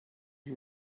you